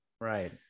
right